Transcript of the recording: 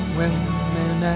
women